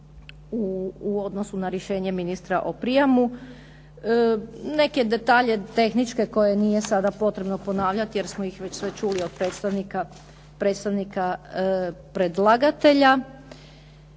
u odnosu na rješenje ministra o prijemu. Neke detalje tehničke koje nije sada potrebno ponavljati, jer smo ih već sve čuli od predstavnika predlagatelja.